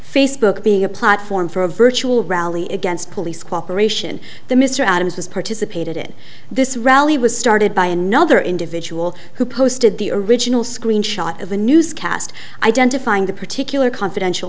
facebook being a platform for a virtual rally against police cooperation the mr adams has participated in this rally was started by another individual who posted the original screenshot of a newscast identifying the particular confidential